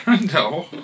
No